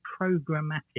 programmatic